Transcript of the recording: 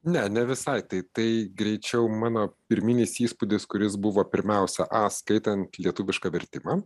ne ne visai tai tai greičiau mano pirminis įspūdis kuris buvo pirmiausia a skaitant lietuvišką vertimą